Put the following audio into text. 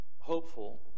hopeful